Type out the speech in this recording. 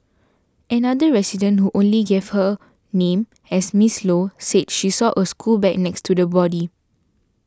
another resident who only gave her name as Miss Low said she saw a school bag next to the body